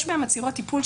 יש בהם עצירות טיפול.